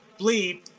bleep